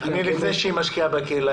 לפני שהיא משקיעה בקהילה,